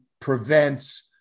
prevents